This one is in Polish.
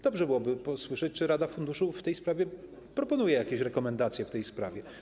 Dobrze byłoby usłyszeć, czy rada funduszu w tej sprawie proponuje jakieś rekomendacje w tej sprawie.